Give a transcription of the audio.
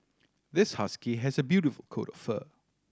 this husky has a beautiful coat of fur